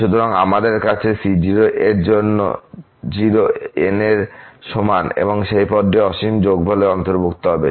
সুতরাংআমাদের কাছে আছে c0 এর জন্য 0 n এর সমান এবং সেই পদটিও এই অসীম যোগফলের অন্তর্ভুক্ত হবে